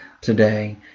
today